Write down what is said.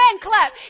clap